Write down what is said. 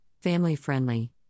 family-friendly